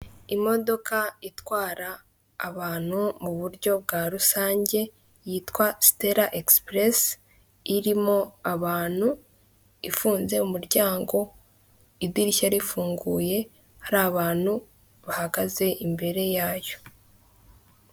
Imodoka itwara abantu mu buryo bwa rusange yitwa Stella egisipuresi irimo abantu ifunze umuryango idirishya rifunguye hari abantu bahagaze imbere yayo.